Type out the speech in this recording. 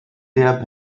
der